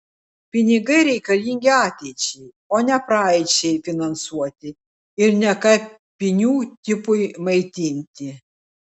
pinigai reikalingi ateičiai o ne praeičiai finansuoti ir ne kapinių tipui maitinti